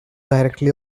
directly